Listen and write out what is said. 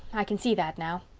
i can see that now.